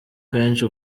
kenshi